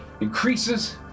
increases